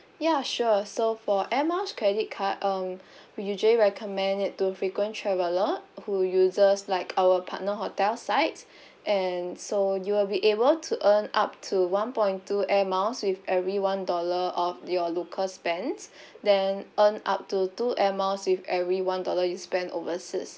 ya sure so for air miles credit card um we usually recommend it to frequent traveller who uses like our partner hotel sites and so you'll be able to earn up to one point two air miles with every one dollar off your local spend then earn up to two air miles with every one dollar you spend overseas